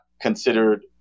considered